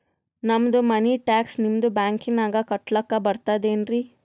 ನಮ್ದು money tax ನಿಮ್ಮ ಬ್ಯಾಂಕಿನಾಗ ಕಟ್ಲಾಕ ಬರ್ತದೇನ್ರಿ?